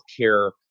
healthcare